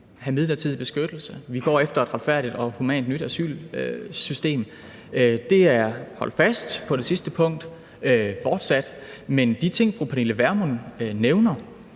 for midlertidig beskyttelse, og at vi går efter et retfærdigt og humant nyt asylsystem – er fortsat fastholdt på det sidste punkt. Men de ting, som fru Pernille Vermund nævner,